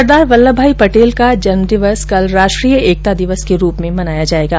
सरदार वल्लभ भाई पटेल का जन्म दिवस कल राष्ट्रीय एकता दिवस के रूप में मनाया जाएगा